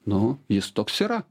nu jis toks yra